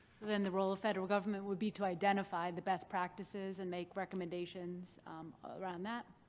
then the role of federal government would be to identify the best practices and make recommendations around that?